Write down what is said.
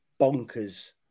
bonkers